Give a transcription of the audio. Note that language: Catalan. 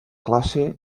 classe